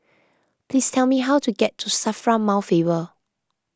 please tell me how to get to Safra Mount Faber